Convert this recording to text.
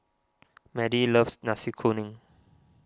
Madie loves Nasi Kuning